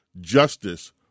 Justice